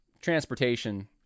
transportation